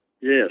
Yes